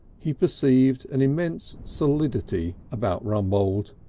he perceived an immense solidity about rumbold.